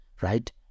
Right